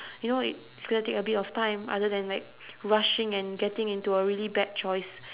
you know if it's gonna take a bit of time other than like rushing and getting into a really bad choice